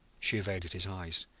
she evaded his eyes.